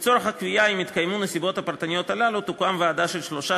לצורך הקביעה אם התקיימו הנסיבות הפרטניות הללו תוקם ועדה של שלושה,